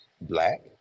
black